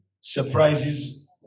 surprises